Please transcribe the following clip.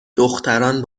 دختران